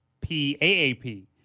P-A-A-P